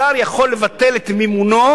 שר יכול לבטל את מימונו,